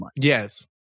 Yes